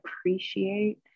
appreciate